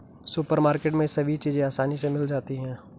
supermarket में सभी चीज़ें आसानी से मिल जाती है